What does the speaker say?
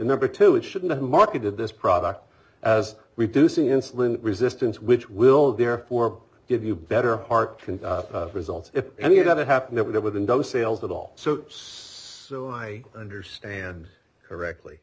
number two it shouldn't have marketed this product as we do sing insulin resistance which will therefore give you better heart can result if any of that happen it with a no sales at all so so i understand correctly